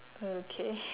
okay